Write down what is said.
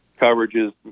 coverages